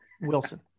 Wilson